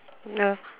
ya